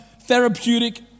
therapeutic